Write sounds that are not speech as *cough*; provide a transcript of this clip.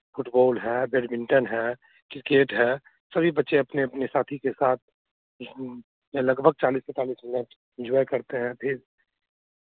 football है badminton है cricket है सभी बच्चे अपने अपने साथी के साथ *unintelligible* या लगभग चालीस पैंतालीस मिनट इन्जॉय करते हैं फिर